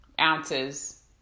ounces